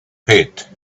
pit